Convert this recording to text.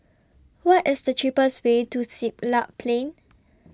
What IS The cheapest Way to Siglap Plain